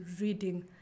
reading